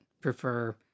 prefer